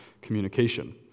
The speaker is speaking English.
communication